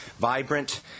Vibrant